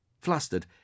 Flustered